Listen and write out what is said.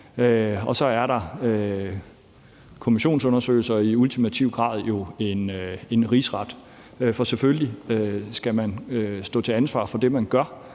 også kommissionsundersøgelser og i ultimativ grad en rigsret. For selvfølgelig skal man stå til ansvar for det, man gør,